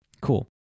Cool